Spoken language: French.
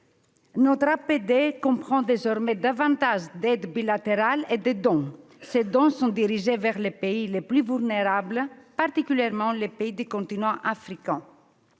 Notre APD comprend désormais davantage d'aides bilatérales et de dons. Ces dons sont dirigés vers les pays les plus vulnérables- particulièrement les pays du continent africain